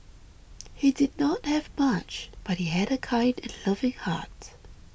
he did not have much but he had a kind and loving heart